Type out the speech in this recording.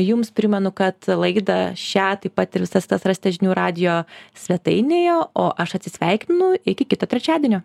jums primenu kad laidą šią taip pat ir visas tas rasite žinių radijo svetainėje o aš atsisveikinu iki kito trečiadienio